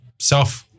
self